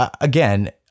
again